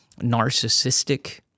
narcissistic